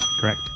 Correct